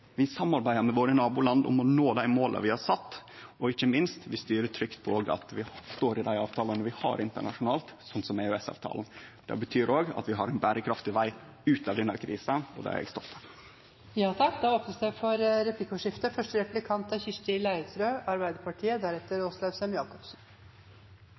Vi samarbeider med nabolanda våre om å nå dei måla vi har sett. Og ikkje minst styrer vi trygt på at vi står i dei avtalene vi har internasjonalt, som EØS-avtalen. Det betyr òg at vi har ein berekraftig veg ut av denne krisa, og det er eg stolt av. Det